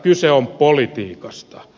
kyse on politiikasta